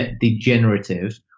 degenerative